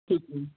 ਠੀਕ ਹੈ